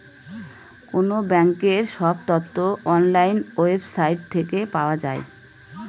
কোনো ব্যাঙ্কের সব তথ্য অনলাইন ওয়েবসাইট থেকে পাওয়া যায়